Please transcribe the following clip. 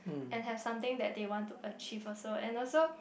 and has something that they want to achieve also and also